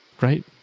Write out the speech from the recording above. Right